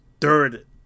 third